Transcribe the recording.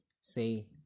say